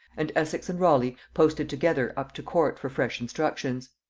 and essex and raleigh posted together up to court for fresh instructions.